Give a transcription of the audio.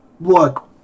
Look